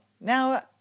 now